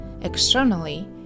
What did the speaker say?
externally